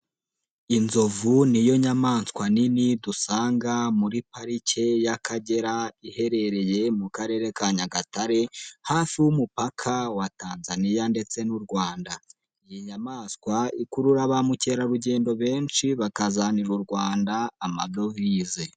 Inzovu niyo nyamaswa nini dusanga muri parike y'Akagera iherereye mu karere ka Nyagatare, hafi y'umupaka wa Tanzaniya ndetse n'u Rwanda, iyi nyamaswa ikurura ba mukerarugendo benshi bakazanira u Rwanda amadovize.